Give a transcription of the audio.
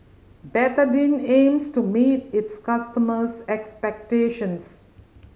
betadine aims to meet its customers' expectations